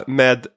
med